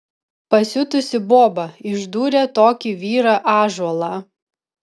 pasiutusi boba išdūrė tokį vyrą ąžuolą